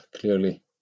clearly